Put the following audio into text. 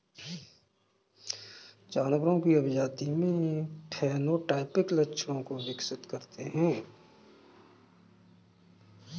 जानवरों की अभिजाती में फेनोटाइपिक लक्षणों को विकसित करते हैं